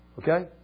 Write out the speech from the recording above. Okay